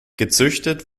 gezüchtet